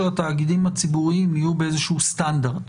התאגידים הציבוריים יהיו באיזשהו סטנדרט,